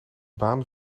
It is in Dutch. baan